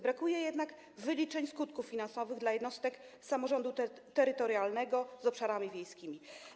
Brakuje jednak wyliczeń skutków finansowych dla jednostek samorządu terytorialnego z obszarami wiejskimi.